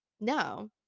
No